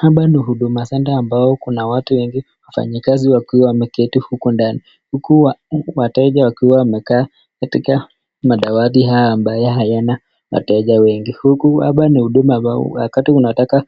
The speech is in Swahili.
Hapa ni huduma centa ambayo kuna watu wengi, wafanyikazi wakiwa wameketi huku ndani, huku wateja wakiwa wamekaa katika madawati haya ambayo hayana wateja wengi huku hapa ni huduma ambayo wakati unataka